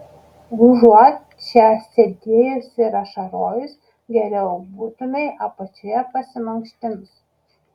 užuot čia sėdėjus ir ašarojus geriau būtumei apačioje pasimankštinus